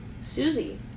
Susie